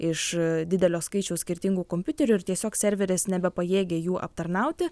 iš didelio skaičiaus skirtingų kompiuterių ir tiesiog serveris nebepajėgia jų aptarnauti